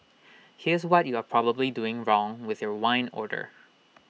here's what you are probably doing wrong with your wine order